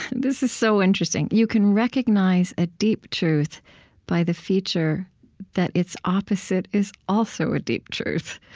this is so interesting. you can recognize a deep truth by the feature that its opposite is also a deep truth.